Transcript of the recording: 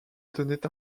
tenaient